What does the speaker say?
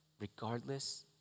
regardless